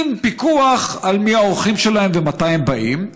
עם פיקוח על מי האורחים שלהם ומתי הם באים.